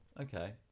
Okay